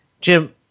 jim